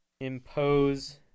impose